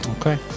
Okay